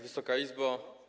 Wysoka Izbo!